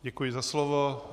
Děkuji za slovo.